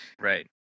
Right